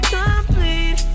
complete